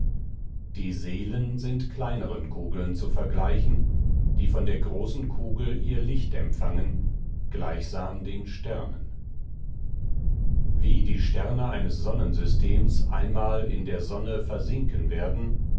die seelen sind kleineren kugeln zu vergleichen die von der großen kugel ihr licht empfangen gleichsam den sternen wie die sterne eines sonnensystems einmal in der sonne versinken werden